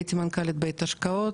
הייתי מנכ"לית בית השקעות,